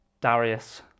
Darius